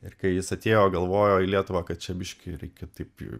ir kai jis atėjo galvojo į lietuvą kad čia biškį reikia taip